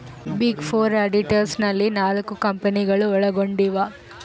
big four auditors ನಲ್ಲಿ ನಾಲ್ಕು ಕಂಪನಿಗಳು ಒಳಗೊಂಡಿವ